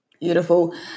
Beautiful